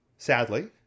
Sadly